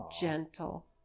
gentle